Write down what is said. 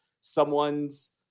someone's